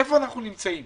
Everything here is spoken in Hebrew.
איפה אנחנו נמצאים?